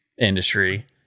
industry